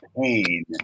pain